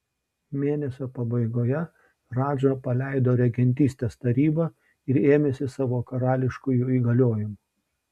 mėnesio pabaigoje radža paleido regentystės tarybą ir ėmėsi savo karališkųjų įgaliojimų